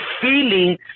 feeling